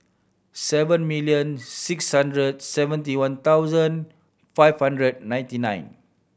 seven million six hundred seventy one thousand five hundred ninety nine